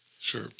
Sure